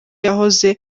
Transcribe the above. yahoze